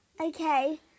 Okay